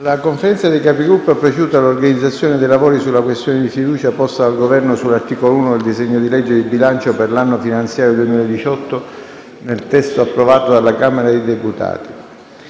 parlamentari ha proceduto all'organizzazione dei lavori sulla questione di fiducia posta dal Governo sull'articolo 1 del disegno di legge di bilancio per l'anno finanziario 2018, nel testo approvato dalla Camera dei deputati.